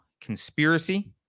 conspiracy